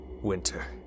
Winter